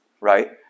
right